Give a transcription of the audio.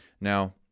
Now